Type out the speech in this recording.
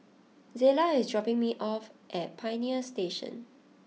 Zela is dropping me off at Pioneer Station